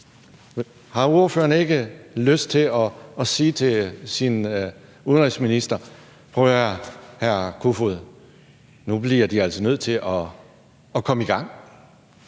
Har ordføreren ikke lyst til at sige til sin udenrigsminister: Prøv at høre her, nu bliver De altså nødt til at komme i gang?